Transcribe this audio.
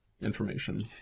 information